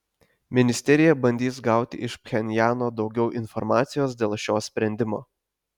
ministerija bandys gauti iš pchenjano daugiau informacijos dėl šio sprendimo